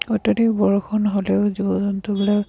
অত্যাধিক বৰষুণ হ'লেও জীৱ জন্তুবিলাক